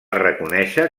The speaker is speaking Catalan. reconèixer